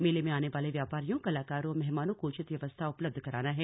मेले में आने वाले व्यापारियों कलाकारों और मेहमानों को उचित व्यवस्था उपलब्ध कराना है